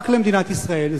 רק למדינת ישראל.